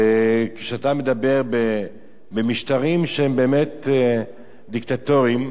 כשאתה מדבר במשטרים שהם באמת דיקטטוריים,